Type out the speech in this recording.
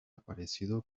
aparecido